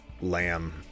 Lamb